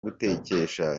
gutekesha